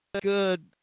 good